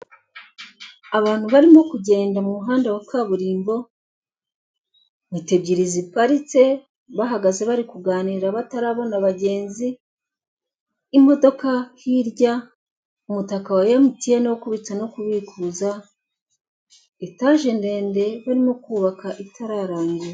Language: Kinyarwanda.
Abantu barimo kugenda mu muhanda wa kaburimbo, moto ebyiri ziparitse bahagaze bari kuganira batarabona abagenzi, imodoka hirya umutaka wa emutiyene wo kubitsa no kubikuza, etaje ndende barimo kubaka itararangira.